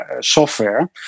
software